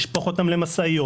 לשפוך אותם למשאיות,